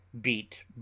Beat